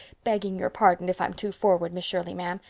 begging your pardon if i'm too forward, miss shirley, ma'am,